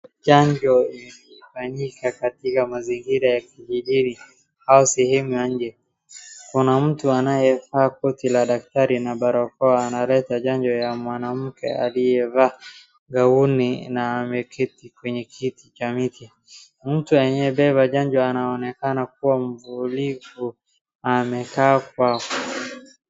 Chanjo ilifanyika katika mazingira ya kijijini au sehemu ya nje kuna mtu anayevaa koti la daktari na barakoa analeta chanjo ya mwanamke aliyevaa gauni na ameketi kwenye kiti cha miti ,mtu aliyeleta chanjo anonekana kuwa mvumilivu amekaa kwa .